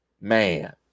man